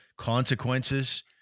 consequences